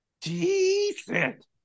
Decent